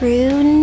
True